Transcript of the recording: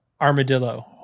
Armadillo